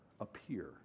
appear